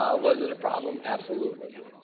um was it a problem? absolutely.